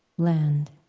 land